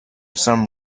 some